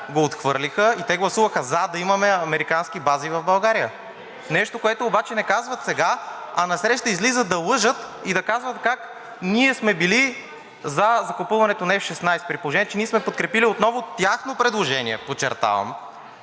го отхвърлиха и те гласува за да имаме американски бази в България. Нещо, което обаче не казват сега, а насреща излизат да лъжат и да казват как ние сме били за закупуването на F-16. При положение че ние сме подкрепили отново тяхно предложение, подчертавам,